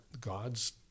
God's